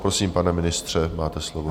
Prosím, pane ministře, máte slovo.